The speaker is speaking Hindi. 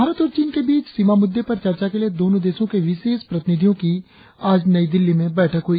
भारत और चीन के बीच सीमा मुद्दे पर चर्चा के लिए दोनों देशों के विशेष प्रतिनिधियों की नई दिल्ली में बैठक हुई